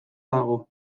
dago